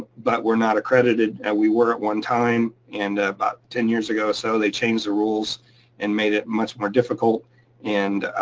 but we're not accredited. and we were at one time, and about ten years ago or so, they changed the rules and made it much more difficult and